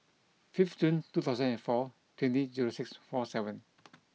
fifth Jun two thousand and four twenty zero six four seven